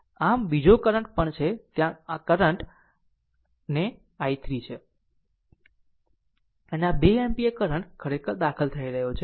આમ બીજો કરંટ પણ છે ત્યાં આ કરંટ આ કરંટ ને i3 છે અને આ 2 એમ્પીયર કરંટ ખરેખર દાખલ થઈ રહ્યો છે